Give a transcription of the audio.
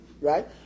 Right